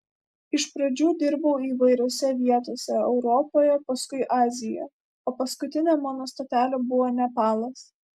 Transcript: iš pradžių dirbau įvairiose vietose europoje paskui azijoje o paskutinė mano stotelė buvo nepalas